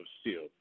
steel